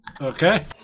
Okay